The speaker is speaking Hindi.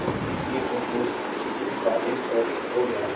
अब एक और कोर्स इस बार एक और हो गया है